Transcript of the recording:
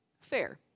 Fair